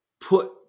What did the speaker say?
put